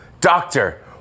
Doctor